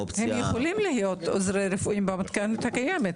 הם יכולים להיות עוזרים רפואיים במתכונת הקיימת.